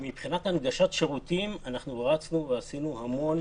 מבחינת הנגשת שירותים אנחנו עשינו המון